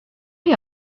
chi